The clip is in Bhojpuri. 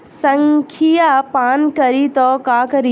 संखिया पान करी त का करी?